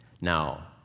Now